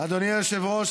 אדוני היושב-ראש,